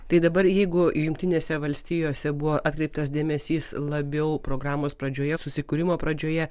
tai dabar jeigu jungtinėse valstijose buvo atkreiptas dėmesys labiau programos pradžioje susikūrimo pradžioje